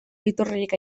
iturririk